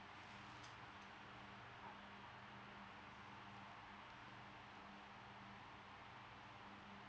okay understand